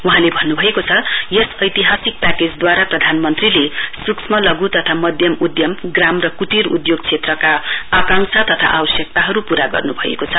वहाँले भन्नुभएको छ यस एतिहासिक प्याकेजदूवारा प्रधानमन्त्रीले सूक्ष्मलघु तथा मध्य उधम ग्राम र कुटीर उधोग क्षेत्रका आंकाक्षा तथा आवश्यकताहरु पूरा गर्नुभएको छ